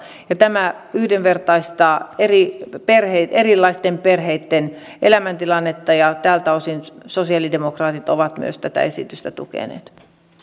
tämä yhdenvertaistaa erilaisten perheitten elämäntilannetta ja tältä osin sosialidemokraatit ovat myös tätä esitystä tukeneet